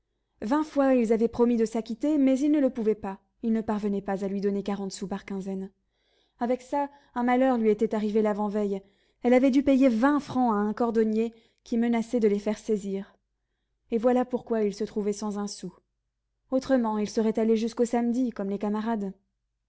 vingt fois ils avaient promis de s'acquitter mais ils ne le pouvaient pas ils ne parvenaient pas à lui donner quarante sous par quinzaine avec ça un malheur lui était arrivé l'avant-veille elle avait dû payer vingt francs à un cordonnier qui menaçait de les faire saisir et voilà pourquoi ils se trouvaient sans un sou autrement ils seraient allés jusqu'au samedi comme les camarades